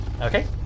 Okay